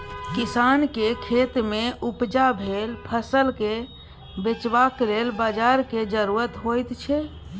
किसानक खेतमे उपजा भेल फसलकेँ बेचबाक लेल बाजारक जरुरत होइत छै